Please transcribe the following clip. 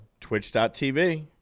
Twitch.tv